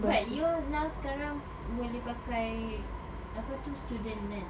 but you now sekarang boleh pakai apa tu student kan